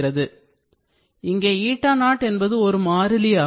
oexpQRT இங்கே o என்பது ஒரு மாறிலி ஆகும்